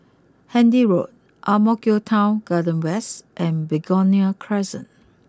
Handy Road Ang Mo Kio Town Garden West and Begonia Crescent